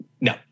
No